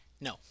No